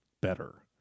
better